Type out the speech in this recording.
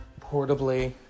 portably